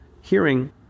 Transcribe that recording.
hearing